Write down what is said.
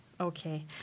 Okay